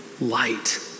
light